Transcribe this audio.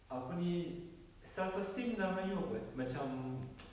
apa ni self esteem dalam melayu apa eh macam